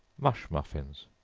mush muffins.